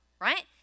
right